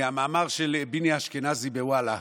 מהמאמר של ביני אשכנזי בוואלה,